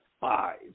five